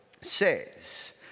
says